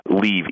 leave